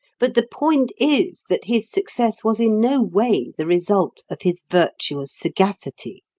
but the point is that his success was in no way the result of his virtuous sagacity.